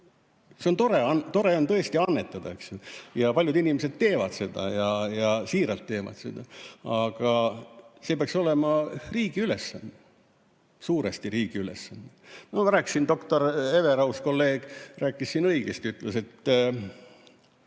See on tore. Tore on tõesti annetada, eks. Paljud inimesed teevad seda ja siiralt teevad seda. Aga see peaks olema suuresti riigi ülesanne. No doktor Everaus, kolleeg, rääkis siin õigesti, ütles, et